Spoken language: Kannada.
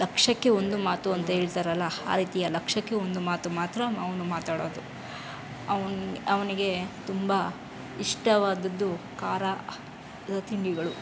ಲಕ್ಷಕ್ಕೆ ಒಂದು ಮಾತು ಅಂತ ಹೇಳ್ತಾರಲ್ಲ ಆ ರೀತಿಯ ಲಕ್ಷಕ್ಕೆ ಒಂದು ಮಾತು ಮಾತ್ರ ಅವನು ಮಾತಾಡೋದು ಅವನ ಅವನಿಗೆ ತುಂಬ ಇಷ್ಟವಾದದ್ದು ಖಾರ ತಿಂಡಿಗಳು